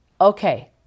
okay